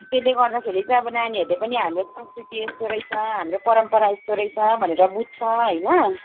त्यसले गर्दाखेरि चाहिँ अब नानीहरूले पनि हाम्रो संस्कृति यस्तो रहेछ हाम्रो परम्परा यस्तो रहेछ भनेर बुझ्छ होइन